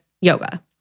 yoga